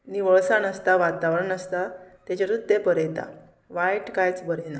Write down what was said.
निवळसाण आसता वातावरण आसता तेजेरूच तें बरयता वायट कांयच बरयना